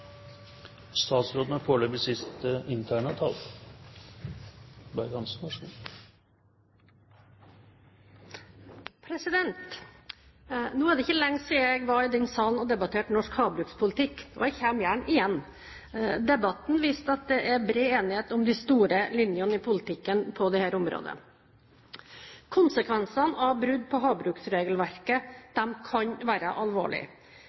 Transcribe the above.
statsråden følger opp det hun har sagt, og regner med å se et lovforslag på bordet i løpet av de neste månedene. Jeg støtter derfor komiteens tilråding, slik det kommer fram av innstillingen. Nå er det ikke lenge siden jeg var i denne salen og debatterte norsk havbrukspolitikk, og jeg kommer gjerne igjen. Debatten viste at det er bred enighet om de store linjene i